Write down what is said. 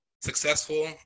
successful